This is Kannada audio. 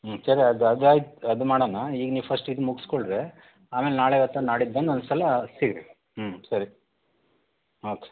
ಹ್ಞೂ ಸರಿ ಅದು ಅದಾಯ್ತು ಅದು ಮಾಡಣ ಈಗ ನೀವು ಫಸ್ಟ್ ಇದು ಮುಗಿಸ್ಕೊಂಡ್ರೆ ಆಮೇಲೆ ನಾಳೆ ಅಥವಾ ನಾಡಿದ್ದು ಬಂದು ಒಂದು ಸಲ ಸಿಗ್ರಿ ಹ್ಞೂ ಸರಿ ಓಕೆ